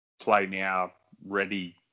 play-now-ready